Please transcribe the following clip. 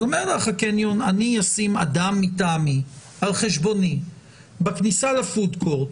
אומר לך הקניון שהוא ישים אדם מטעמו על חשבונו בכניסה ל-פוד קורט,